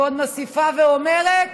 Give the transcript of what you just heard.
והיא עוד מוסיפה ואומרת: